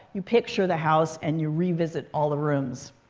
you picture the house and you revisit all the rooms.